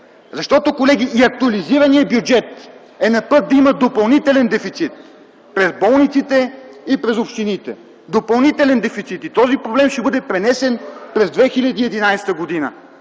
Защото, колеги, и актуализираният бюджет е на път да има допълнителен дефицит – през болниците и през общините. Този проблем ще бъде пренесен през 2011 г.